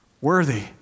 Worthy